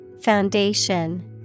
Foundation